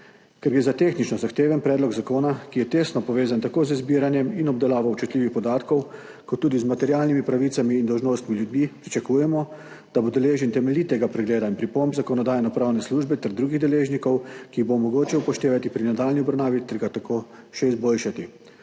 Ker gre za tehnično zahteven predlog zakona, ki je tesno povezan tako z zbiranjem in obdelavo občutljivih podatkov kot tudi z materialnimi pravicami in dolžnostmi ljudi, pričakujemo, da bo deležen temeljitega pregleda in pripomb Zakonodajno-pravne službe ter drugih deležnikov, ki jih bo mogoče upoštevati pri nadaljnji obravnavi ter ga tako še izboljšati.